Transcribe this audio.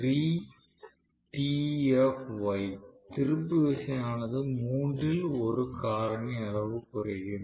திருப்பு விசை ஆனது மூன்றில் ஒரு காரணி அளவு குறையும்